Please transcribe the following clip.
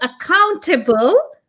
accountable